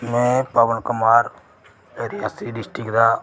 में पबन कुमार रियासी डिस्ट्रिक्ट दा रौहने आहला